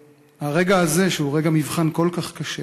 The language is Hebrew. הרגע הזה, שהוא רגע מבחן כל כך קשה,